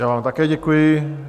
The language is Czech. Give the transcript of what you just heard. Já vám také děkuji.